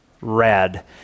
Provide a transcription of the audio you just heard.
rad